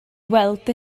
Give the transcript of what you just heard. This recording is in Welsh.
weld